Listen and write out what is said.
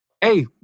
hey